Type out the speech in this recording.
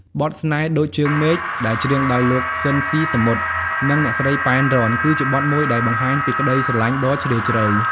បទ ស្នេហ៍ដូចជើងមេឃ ដែលច្រៀងដោយលោក ស៊ីន ស៊ីសាមុត និងអ្នកស្រី ប៉ែន រ៉ន គឺជាបទមួយដែលបង្ហាញពីក្តីស្រឡាញ់ដ៏ជ្រាលជ្រៅ។